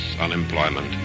unemployment